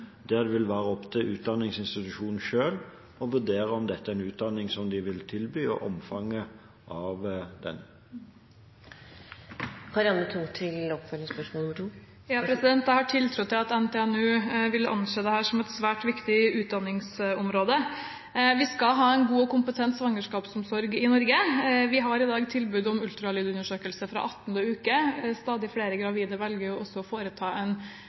der det vil være opp til utdanningsinstitusjonene selv å vurdere om dette er en utdanning som de vil tilby – og omfanget av den. Jeg har tiltro til at NTNU vil anse dette som et svært viktig utdanningsområde. Vi skal ha en god og kompetent svangerskapsomsorg i Norge. Vi har i dag tilbud om ultralydundersøkelse fra 18. uke. Stadig flere gravide velger også å foreta en